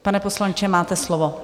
Pane poslanče, máte slovo.